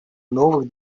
новых